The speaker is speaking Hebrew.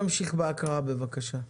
נמשיך בהקראה בבקשה.